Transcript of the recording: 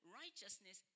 righteousness